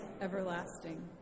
everlasting